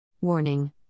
Warning